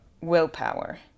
willpower